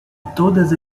todas